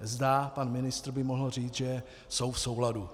Zda pan ministr by mohl říci, že jsou v souladu.